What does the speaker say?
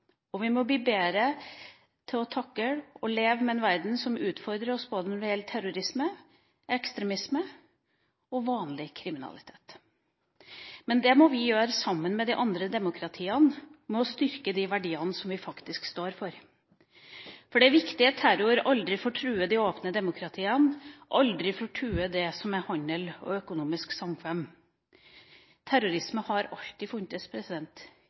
og vi må bli bedre til å takle og leve med en verden som utfordrer oss både når det gjelder terrorisme, ekstremisme og vanlig kriminalitet. Men det må vi gjøre sammen med de andre demokratiene, ved å styrke de verdiene som vi faktisk står for. Det er viktig at terror aldri får true de åpne demokratiene, aldri får true handel og økonomisk samkvem. Terrorisme har alltid funnes,